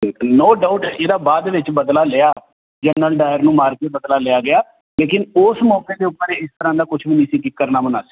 ਨੋ doubt ਇਹਦਾ ਬਾਅਦ ਦੇ ਵਿੱਚ ਬਦਲਾ ਲਿਆ ਜਨਰਲ ਡਾਇਰ ਨੂੰ ਮਾਰ ਕੇ ਬਦਲਾ ਲਿਆ ਗਿਆ ਲੇਕਿਨ ਉਸ ਮੌਕੇ ਦੇ ਉੱਪਰ ਇਸ ਤਰ੍ਹਾਂ ਦਾ ਕੁਝ ਵੀ ਨਹੀਂ